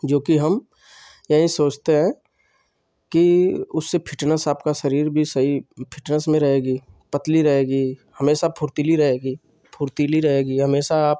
जोकि हम यही सोचते हैं कि उससे फ़िटनेस आपका शरीर भी सही फ़िटनेस में रहेगा पतला रहेगा हमेशा फ़ुर्तीला रहेगा फ़ुर्तीला रहेगा हमेशा आप